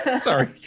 sorry